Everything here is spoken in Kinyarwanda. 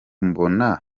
mbona